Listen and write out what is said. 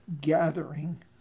gathering